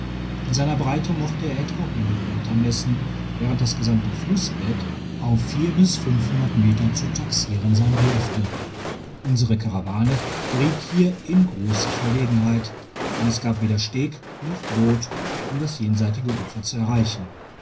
in seiner breite mochte er etwa hundert meter messen während das gesamte flussbett auf vier bis meter zu taxieren sein dürfte unsere karawane geriet hier in grosse verlegenheit denn es gab weder steg noch boot um das jenseitige ufer zu erreichen